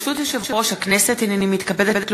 ברשות יושב הכנסת, הנני מתכבדת להודיעכם,